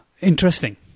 interesting